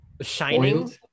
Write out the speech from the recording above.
shining